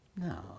No